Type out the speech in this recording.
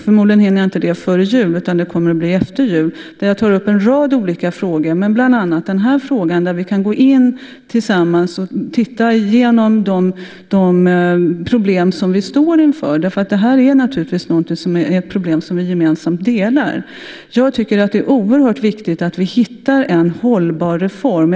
Förmodligen hinner jag inte göra det före jul utan det kommer att bli efter jul. Jag tar där upp en rad olika frågor, bland annat den här frågan. Vi kan tillsammans titta igenom de problem som vi står inför. Det här är ju ett problem som vi delar. Jag tycker att det är oerhört viktigt att vi hittar en hållbar reform.